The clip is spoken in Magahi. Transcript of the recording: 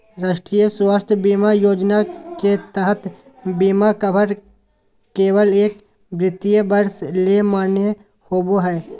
राष्ट्रीय स्वास्थ्य बीमा योजना के तहत बीमा कवर केवल एक वित्तीय वर्ष ले मान्य होबो हय